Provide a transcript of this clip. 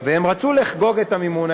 הם רצו לחגוג את המימונה,